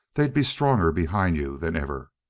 they'd be stronger behind you than ever.